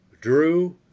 Drew